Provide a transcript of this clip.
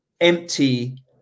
empty